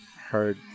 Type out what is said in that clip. heard